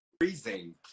freezing